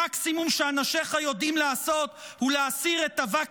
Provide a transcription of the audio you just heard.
המקסימום שאנשיך יודעים לעשות הוא להסיר את אבק